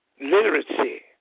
literacy